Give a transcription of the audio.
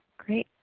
great,